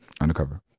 undercover